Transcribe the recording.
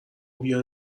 بیا